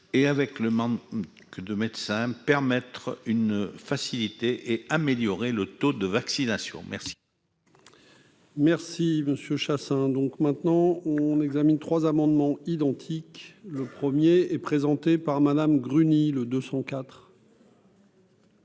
et avec le Mans que de médecins, permettre une facilité et améliorer le taux de vaccination merci. Merci Monsieur Chassaing, donc maintenant on examine trois amendements identiques, le 1er est présenté par Madame Gruny le 2